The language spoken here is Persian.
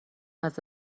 ازت